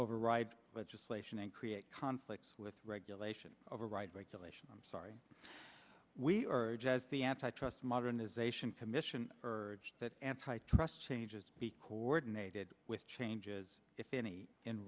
override legislation and create conflicts with regulation override regulation i'm sorry we urge as the antitrust modernization commission urge that antitrust changes be coordinated with changes if any in